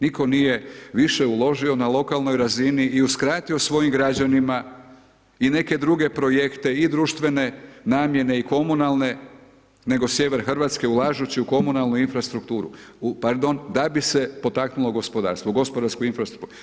Nitko nije više uložio na lokalnoj razini i uskratio svojim građanima i neke druge projekte i društvene namjene i komunalne, nego sjever Hrvatske ulažući u komunalnu infrastrukturu, u, pardon, da bi se potaknulo gospodarsku infrastrukturu.